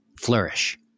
flourish